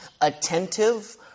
attentive